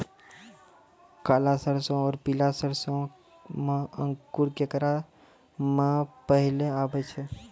काला सरसो और पीला सरसो मे अंकुर केकरा मे पहले आबै छै?